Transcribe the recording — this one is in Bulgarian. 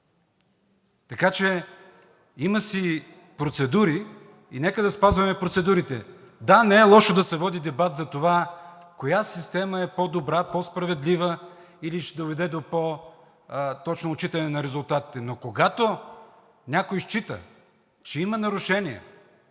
Има си процедури и нека да ги спазваме. Да, не е лошо да се води дебат за това коя система е по-добра, по-справедлива или ще доведе до по-точно отчитане на резултатите. Но когато някой счита, че има нарушения,